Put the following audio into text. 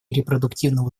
репродуктивного